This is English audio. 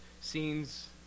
scenes